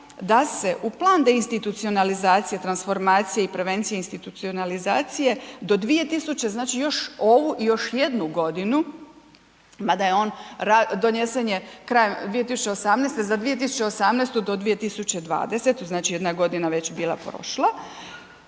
da se u plan deinstitucionalizacije, transformacije, prevencije i institucionalizacije do 2000., znači još ovu i još jednu godinu, mada je on donesen krajem 2018., za 2018. do 2020., znači jedna godina već je bila prošla